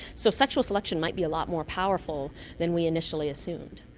so sexual selection might be a lot more powerful than we initially assumed.